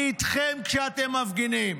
אני איתכם כשאתם מפגינים